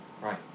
Right